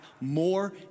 more